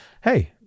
hey